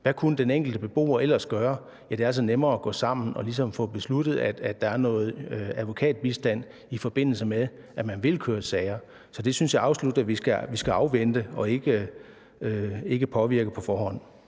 hvad kunne den enkelte beboer ellers gøre? Ja, der er det altså nemmere at gå sammen og ligesom få besluttet, at der skal være noget advokatbistand, i forbindelse med at man vil køre sager. Så det synes jeg absolut vi skal afvente og ikke påvirke på forhånd.